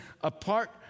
apart